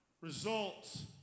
results